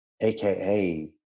aka